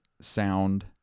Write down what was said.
sound